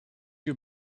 you